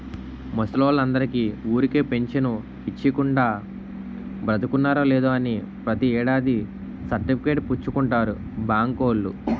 ముసలోల్లందరికీ ఊరికే పెంచను ఇచ్చీకుండా, బతికున్నారో లేదో అని ప్రతి ఏడాది సర్టిఫికేట్ పుచ్చుకుంటారు బాంకోల్లు